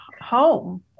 home